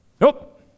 Nope